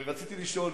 ורציתי לשאול,